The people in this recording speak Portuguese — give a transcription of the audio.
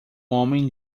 homem